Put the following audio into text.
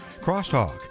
Crosstalk